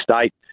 state